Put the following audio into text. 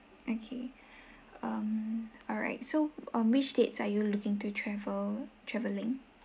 okay um alright so on which dates are you looking to travel travelling